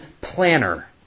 planner